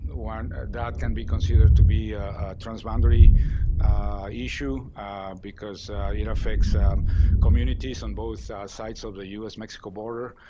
one that can be considered to be a transboundary issue because it affects communities on both sides of the us-mexico border.